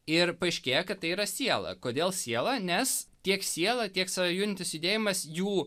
ir paaiškėja kad tai yra siela kodėl siela nes tiek siela tiek save judinantis judėjimas jų